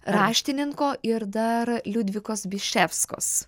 raštininko ir dar liudvikos biševskos